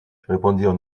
répondirent